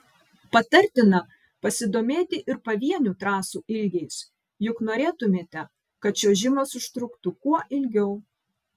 patartina pasidomėti ir pavienių trasų ilgiais juk norėtumėte kad čiuožimas užtruktų kuo ilgiau